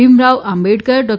Bhimrao Ambedkar Dr